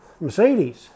Mercedes